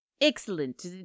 Excellent